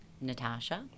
Natasha